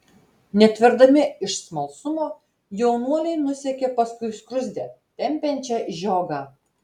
netverdami iš smalsumo jaunuoliai nusekė paskui skruzdę tempiančią žiogą